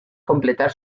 completar